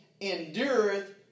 endureth